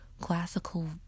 classical